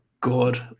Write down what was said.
good